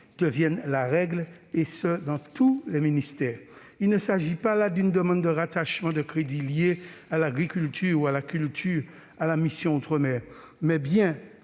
devienne la règle, et ce dans tous les ministères. Il s'agit là d'une demande, non pas de rattachement de crédits liés à l'agriculture ou à la culture à la mission « Outre-mer », mais bien